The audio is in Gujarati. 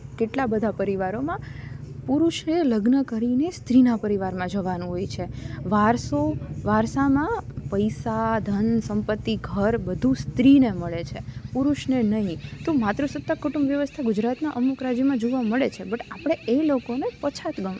કેટલાં બધાં પરિવારોમાં પુરુષને લગ્ન કરીને સ્ત્રીના પરિવારમાં જવાનું હોય છે વારસો વારસામાં પૈસા ધન સંપતિ ઘર બધું સ્ત્રીને મળે છે પુરુષને નહીં તો માતૃસત્તા કુટુંબ વ્યવસ્થા ગુજરાતમાં અમુક રાજ્યમાં જોવા મળે છે બટ આપણે એ લોકોને પછાત